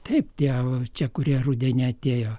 taip tie va čia kurie rudenį atėjo